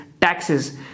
taxes